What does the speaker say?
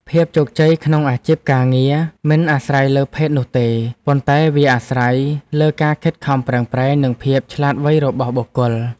ភាពជោគជ័យក្នុងអាជីពការងារមិនអាស្រ័យលើភេទនោះទេ ប៉ុន្តែវាអាស្រ័យលើការខិតខំប្រឹងប្រែងនិងភាពឆ្លាតវៃរបស់បុគ្គល។